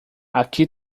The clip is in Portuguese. aqui